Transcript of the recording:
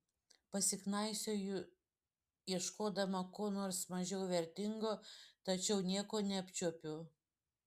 pasiknaisioju ieškodama ko nors mažiau vertingo tačiau nieko neapčiuopiu